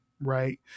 right